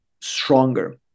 stronger